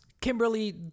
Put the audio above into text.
Kimberly